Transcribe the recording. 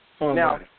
Now